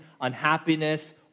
unhappiness